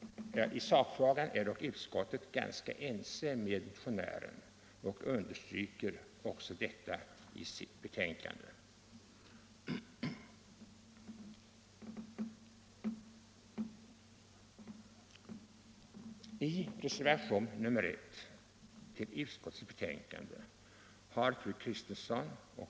I sakfrågan är dock utskottet ganska ense med motionären och understryker detta i sitt betänkande.